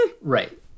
Right